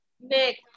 Nick